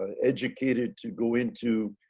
ah educated to go into